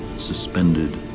suspended